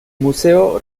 museo